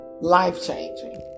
life-changing